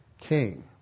king